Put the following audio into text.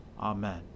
Amen